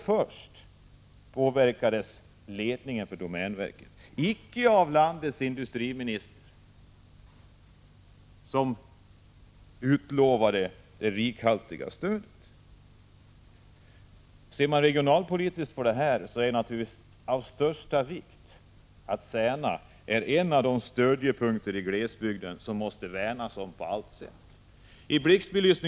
Först då påverkades ledningen för domänverket. Men den påverkades icke av att landets industriminister lovat ett rikhaltigt stöd. Om man ser regionalpolitiskt på detta måste man naturligtvis konstatera att det är av största vikt att på allt sätt värna om Särna som en av stöttepelarna i just den här glesbygden.